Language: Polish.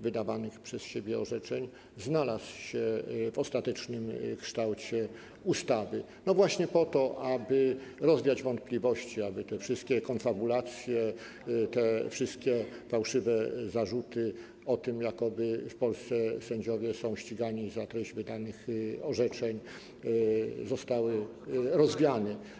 wydawanych przez siebie orzeczeń, znalazł się w ostatecznym kształcie ustawy właśnie po to, aby rozwiać wątpliwości, aby wszystkie konfabulacje, wszystkie fałszywe zarzuty dotyczące tego, że jakoby w Polsce sędziowie są ścigani za treść wydanych orzeczeń, zostały rozwiane.